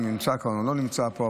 אם נמצא פה או לא נמצא פה,